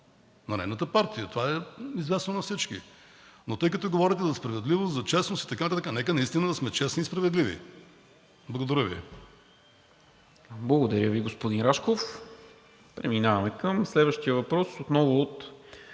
на нейната партия – това е известно на всички. Но тъй като говорите за справедливост, за честност и така нататък, нека наистина да сме честни и справедливи. Благодаря Ви. ПРЕДСЕДАТЕЛ НИКОЛА МИНЧЕВ: Благодаря Ви, господин Рашков. Преминаваме към следващия въпрос отново от